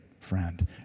friend